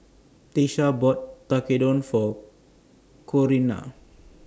Tiesha bought Tekkadon For Corinna